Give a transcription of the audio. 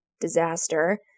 Disaster –